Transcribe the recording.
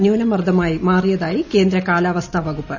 ന്യൂനമർദമായി മാറിയതായി ്കേന്ദ്ര കാലാവസ്ഥ വകുപ്പ്